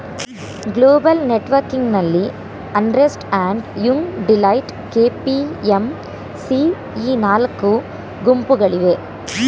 global ನೆಟ್ವರ್ಕಿಂಗ್ನಲ್ಲಿ Ernst and Young, Deloitte, KPMG ಈ ನಾಲ್ಕು ಗುಂಪುಗಳಿವೆ